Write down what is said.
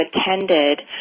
attended